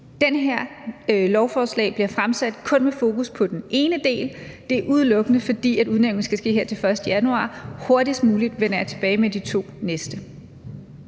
Det her lovforslag er blevet fremsat kun med fokus på den ene del, og det er udelukkende, fordi udnævnelsen skal ske her til den 1. januar. Hurtigst muligt vender jeg tilbage med de to næste.